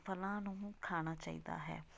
ਫਲਾਂ ਨੂੰ ਖਾਣਾ ਚਾਹੀਦਾ ਹੈ